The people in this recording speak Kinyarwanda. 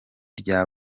rya